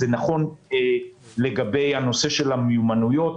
זה נכון לגבי המיומנויות.